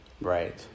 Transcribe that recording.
Right